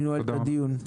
אני נועל את הדיון.